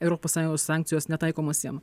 europos sąjungos sankcijos netaikomos jiem